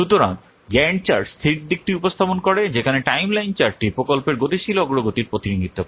সুতরাং Gantt chart স্থির দিকটি উপস্থাপন করে যেখানে টাইমলাইন চার্টটি প্রকল্পের গতিশীল অগ্রগতির প্রতিনিধিত্ব করে